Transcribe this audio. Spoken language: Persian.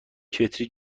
کتری